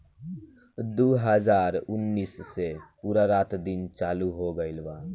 दु हाजार उन्नीस से पूरा रात दिन चालू हो गइल बा